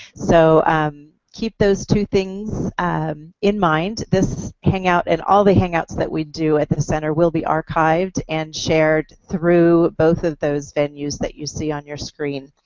so um keep those two things in mind. this hangout and all the hangouts that we do at the center will be archived and shared through both of those venues that you see on your screen,